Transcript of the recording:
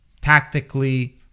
tactically